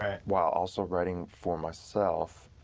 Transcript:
while also writing for myself.